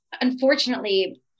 unfortunately